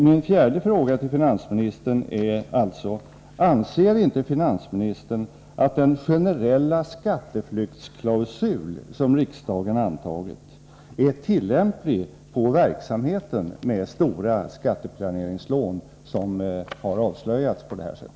Min fjärde fråga till finansministern är alltså: Anser inte finansministern att den generella skatteflyktsklausul, som riksdagen antagit, är tillämplig på den verksamhet med stora skatteplaneringslån som har avslöjats på detta sätt?